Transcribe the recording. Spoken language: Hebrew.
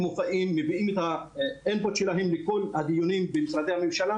יותר משאבים יותר שיתופי פעולה בכדי להפסיק את המצב הזה,